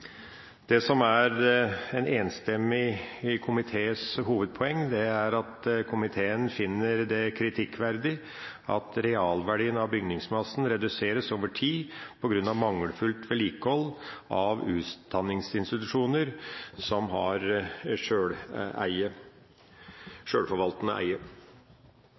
Det som er en enstemmig komités hovedpoeng, er at komiteen finner det kritikkverdig at realverdien av bygningsmassen reduseres over tid på grunn av mangelfullt vedlikehold av utdanningsinstitusjoner som har sjølforvaltende eie.